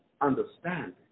understanding